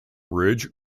bridge